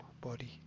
body